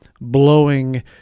blowing